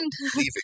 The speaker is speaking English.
leaving